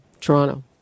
Toronto